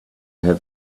have